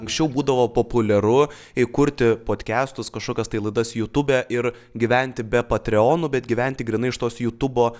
anksčiau būdavo populiaru įkurti podkastus kažkokias tai laidas jūtube ir gyventi be patreonų bet gyventi grynai iš tos jūtubo